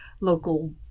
local